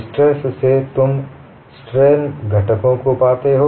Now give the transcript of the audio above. stress से तुम strain घटकों को पाते हो